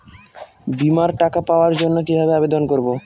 বিমার টাকা পাওয়ার জন্য কিভাবে আবেদন করব?